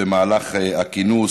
במהלך הכינוס.